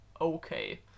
Okay